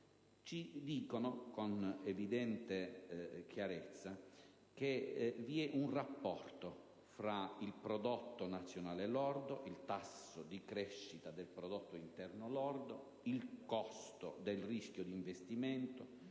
ci dicono con evidente chiarezza che vi è un rapporto tra il prodotto nazionale lordo, il tasso di crescita del prodotto interno lordo, il costo del rischio di investimento,